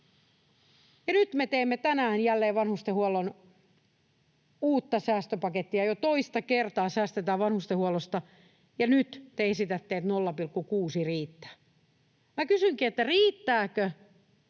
nyt me teemme tänään jälleen vanhustenhuollon uutta säästöpakettia. Jo toista kertaa säästetään vanhustenhuollosta, ja nyt te esitätte, että 0,6 riittää. Minä kysynkin: riittääkö